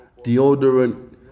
deodorant